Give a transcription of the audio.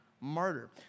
martyr